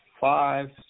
five